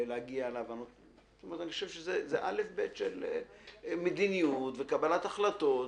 זה אל"ף-בי"ת של מדיניות וקבלת החלטות,